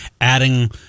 adding